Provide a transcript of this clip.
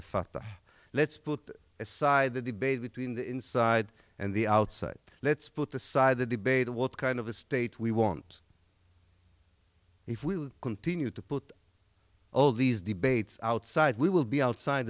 fatah let's put aside the debate between the inside and the outside let's put aside the debate of what kind of a state we want if we continue to put all these debates outside we will be outside